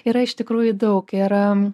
yra iš tikrųjų daug yra